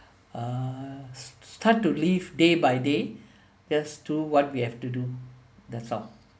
uh start to live day by day just do what we have to do that's all